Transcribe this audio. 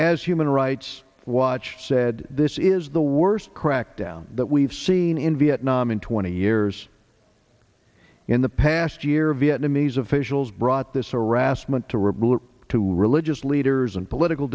as human rights watch said this is the worst crackdown that we've seen in vietnam in twenty years in the past year vietnamese officials brought this harassment to reboot to religious leaders and political